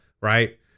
Right